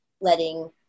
letting